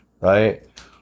Right